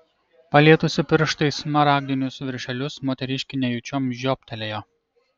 palietusi pirštais smaragdinius viršelius moteriškė nejučiom žioptelėjo